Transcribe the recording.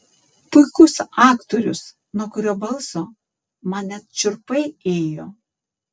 puikus aktorius nuo kurio balso man net šiurpai ėjo